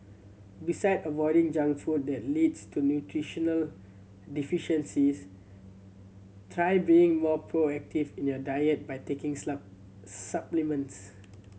beside avoiding junk food that leads to nutritional deficiencies try being more proactive in your diet by taking supplements